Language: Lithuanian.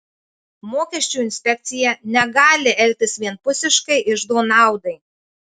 mokesčių inspekcija negali elgtis vienpusiškai iždo naudai